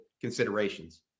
considerations